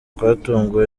twatunguwe